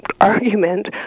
argument